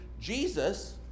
Jesus